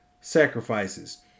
sacrifices